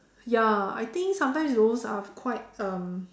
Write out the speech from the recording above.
ya I think sometimes those are quite um